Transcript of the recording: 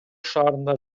шаарында